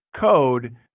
code